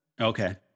Okay